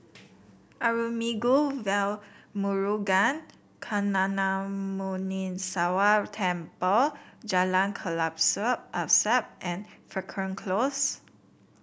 Arulmigu Velmurugan Gnanamuneeswarar Temple Jalan Kelabu Asap and Frankel Close